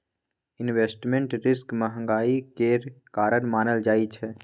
investment risk महंगाई केर कारण मानल जाइ छै